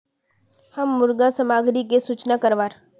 हम मुर्गा सामग्री की सूचना करवार?